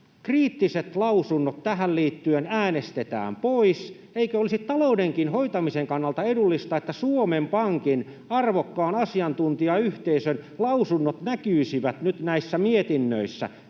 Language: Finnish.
kriittiset lausunnot tähän liittyen äänestetään pois. Eikö olisi taloudenkin hoitamisen kannalta edullista, että Suomen Pankin arvokkaan asiantuntijayhteisön lausunnot näkyisivät nyt näissä mietinnöissä? Täällä